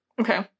okay